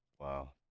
Wow